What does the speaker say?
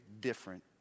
different